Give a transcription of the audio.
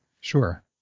Sure